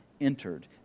entered